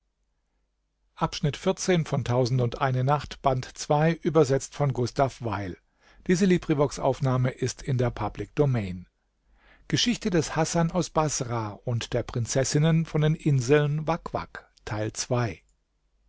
hasan aus baßrah